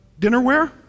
dinnerware